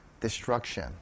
destruction